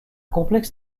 complexe